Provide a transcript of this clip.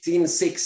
16